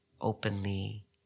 openly